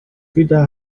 wieder